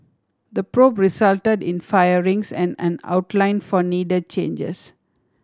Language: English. the probe resulted in firings and an outline for needed changes